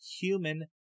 human